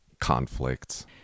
conflicts